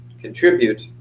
contribute